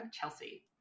Chelsea